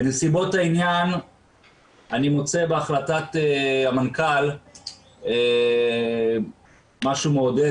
בנסיבות העניין אני מוצא בהחלטת המנכ"ל משהו מעודד